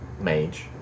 mage